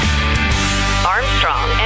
Armstrong